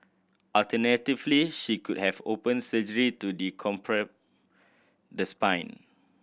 alternatively she could have open surgery to the spine